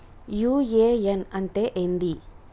UAN అంటే ఏంది?